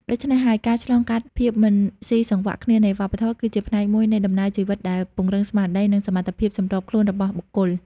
ដូច្នេះហើយ ការឆ្លងកាត់ភាពមិនស៊ីសង្វាក់គ្នានៃវប្បធម៌ គឺជាផ្នែកមួយនៃដំណើរជីវិតដែលពង្រឹងស្មារតី និងសមត្ថភាពសម្របខ្លួនរបស់បុគ្គល។